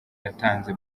yatanze